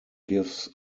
gives